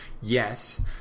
Yes